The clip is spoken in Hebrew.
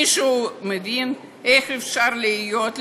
מישהו מבין איך אפשר לחיות,